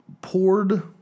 poured